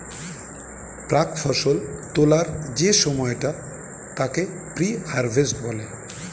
প্রাক্ ফসল তোলার যে সময়টা তাকে প্রি হারভেস্ট বলে